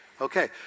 Okay